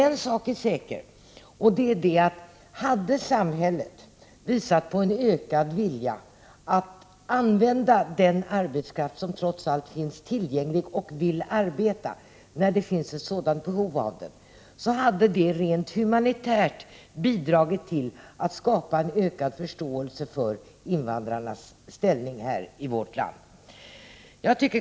En sak är emellertid säker och det är, att om samhället hade visat en ökad vilja att använda den arbetskraft som trots allt finns tillgänglig och vill arbeta när det finns ett sådant behov av den, så hade det rent humanitärt bidragit till att skapa en ökad förståelse för invandrarnas ställning i vårt land.